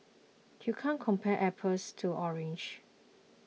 you can't compare apples to oranges